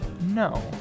no